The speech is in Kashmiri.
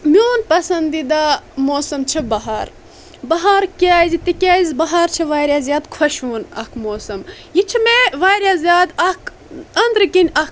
میون پسنٛدیٖدہ موسم چھُ بہار بہار کیٛازِ تِکیٛازِ بہار چھُ واریاہ زیادٕ خۄشوُن اکھ موسم یہِ چھُ مےٚ واریاہ زیادٕ اکھ أنٛدرِ کِن اکھ